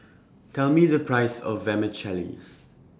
Tell Me The Price of Vermicelli